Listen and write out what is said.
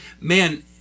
man